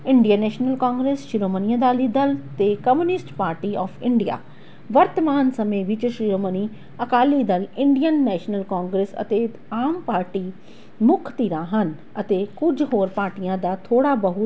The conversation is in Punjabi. Indian National Congress Shiromani Akali Dal ਅਤੇ ਕਮਿਊਨਿਸਟ ਪਾਰਟੀ ਆਫ ਇੰਡੀਆ ਵਰਤਮਾਨ ਸਮੇਂ ਵਿੱਚ Shiromani Akali Dal Indian National Congress ਅਤੇ ਆਮ ਪਾਰਟੀ ਮੁੱਖ ਧਿਰਾਂ ਹਨ ਅਤੇ ਕੁਝ ਹੋਰ ਪਾਰਟੀਆਂ ਦਾ ਥੋੜ੍ਹਾ ਬਹੁ